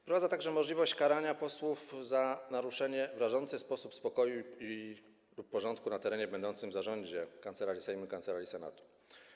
Wprowadza także możliwość karania posłów za naruszenie w rażący sposób spokoju lub porządku na terenie będącym w zarządzie Kancelarii Sejmu czy Kancelarii Senatu.